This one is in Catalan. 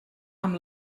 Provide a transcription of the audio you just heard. amb